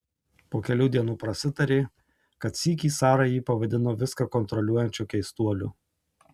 po kelių dienų prasitarė kad sykį sara jį pavadino viską kontroliuojančiu keistuoliu